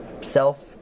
self